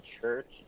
church